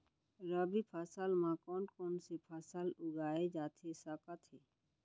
रबि फसल म कोन कोन से फसल उगाए जाथे सकत हे?